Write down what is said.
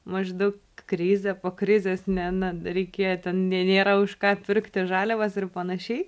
maždaug krizė po krizės ne na reikėjo ten nėra už ką pirkti žaliavas ir panašiai